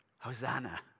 Hosanna